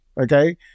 Okay